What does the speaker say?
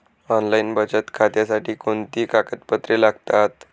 Online बचत खात्यासाठी कोणती कागदपत्रे लागतात?